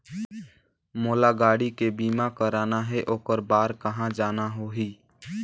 मोला गाड़ी के बीमा कराना हे ओकर बार कहा जाना होही?